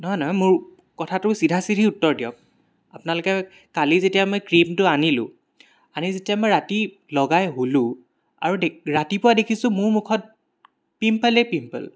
নহয় নহয় মোৰ কথাটোৰ চিধা চিধি উত্তৰ দিয়ক আপোনালোকে কালি যেতিয়া মই ক্ৰীমটো আনিলো আনি যেতিয়া মই ৰাতি লগাই শুলো আৰু দে ৰাতিপুৱা দেখিছো মোৰ মুখত পিম্পলে পিম্পল